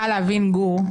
התחלתי להבין את האירוע.